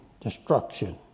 destruction